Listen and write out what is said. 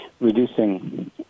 reducing